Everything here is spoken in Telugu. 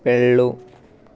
వెళ్ళు